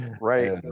Right